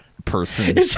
person